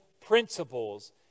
principles